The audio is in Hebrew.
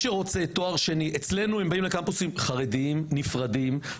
אצלנו הם באים לקמפוסים חרדים נפרדים,